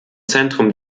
zentrum